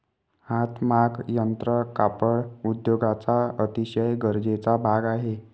हातमाग यंत्र कापड उद्योगाचा अतिशय गरजेचा भाग आहे